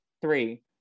three